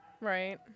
Right